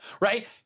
right